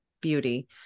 beauty